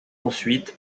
ensuite